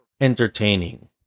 entertaining